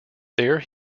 there